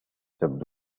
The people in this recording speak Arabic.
تبدو